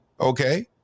okay